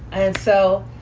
and so,